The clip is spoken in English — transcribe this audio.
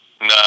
No